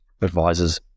advisors